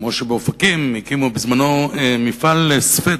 כמו שבאופקים הקימו בזמנו מפעל לסוודרים.